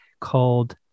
called